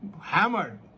hammered